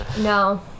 No